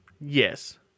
Yes